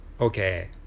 Okay